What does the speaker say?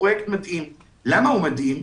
פרויקט מדהים ולמה הוא מדהים?